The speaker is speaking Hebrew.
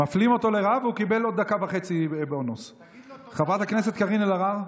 תבוא לוועדת חינוך.